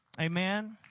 Amen